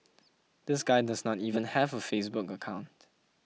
this guy does not even have a Facebook account